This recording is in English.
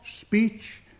speech